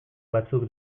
batzuk